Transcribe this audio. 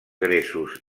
gresos